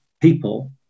people